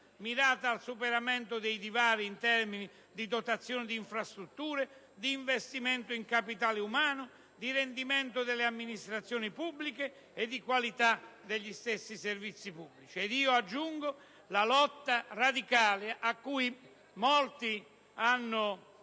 mirata al superamento dei divari in termini di dotazione di infrastrutture, di investimenti in capitale umano, di rendimento delle amministrazioni pubbliche e di qualità degli stessi servizi pubblici. A ciò vorrei aggiungere la lotta radicale alla